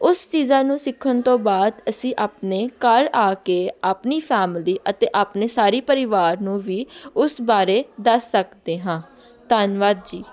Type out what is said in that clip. ਉਸ ਚੀਜ਼ਾਂ ਨੂੰ ਸਿੱਖਣ ਤੋਂ ਬਾਅਦ ਅਸੀਂ ਆਪਣੇ ਘਰ ਆ ਕੇ ਆਪਣੀ ਫੈਮਲੀ ਅਤੇ ਆਪਣੇ ਸਾਰੇ ਪਰਿਵਾਰ ਨੂੰ ਵੀ ਉਸ ਬਾਰੇ ਦੱਸ ਸਕਦੇ ਹਾਂ ਧੰਨਵਾਦ ਜੀ